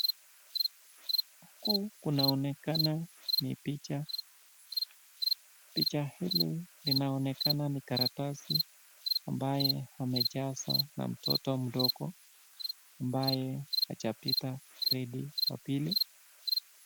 Huku kunaonekana ni picha. Picha hili inaonekana ni karatasi mbaye amejaa na mtoto mdogo ambaye hajapita gredi ya pili.